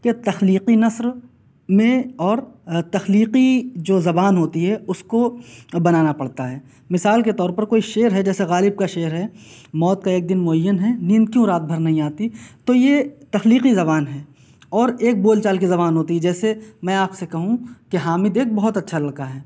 کہ تخلیقی نثر میں اور تخلیقی جو زبان ہوتی ہے اس کو بنانا پڑتا ہے مثال کے طور پر کوئی شعر ہے جیسے غالب کا شعر ہے موت کا ایک دن معین ہے نیند کیوں رات بھر نہیں آتی تو یہ تخلیقی زبان ہے اور ایک بول چال کی زبان ہوتی ہے جیسے میں آپ سے کہوں کہ حامد ایک بہت اچھا لڑکا ہے